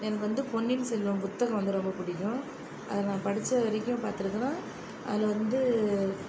எனக்கு வந்து பொன்னியின் செல்வம் புத்தகம் வந்து ரொம்ப பிடிக்கும் அதை நான் படித்த வரைக்கும் பார்த்தீங்கன்னா அதில் வந்து